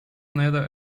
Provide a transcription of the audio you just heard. neither